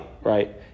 Right